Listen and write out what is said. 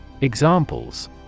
Examples